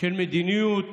של מדיניות